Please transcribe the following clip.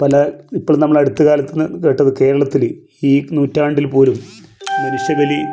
പല ഇപ്പളും നമ്മളടുത്ത് കാലത്ത് കേട്ടത് കേരളത്തിൽ ഈ നൂറ്റാണ്ടിൽ പോലും മനുഷ്യബലി